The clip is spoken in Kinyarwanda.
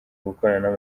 gukorana